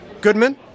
Goodman